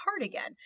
again